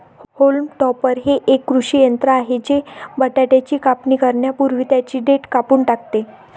haulm topper हे एक कृषी यंत्र आहे जे बटाट्याची कापणी करण्यापूर्वी त्यांची देठ कापून टाकते